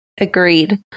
Agreed